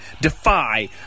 Defy